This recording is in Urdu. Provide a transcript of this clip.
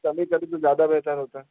کمی کرلیں تو زیادہ بہتر ہوتا